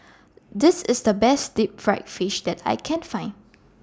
This IS The Best Deep Fried Fish that I Can Find